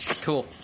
Cool